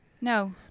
No